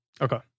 Okay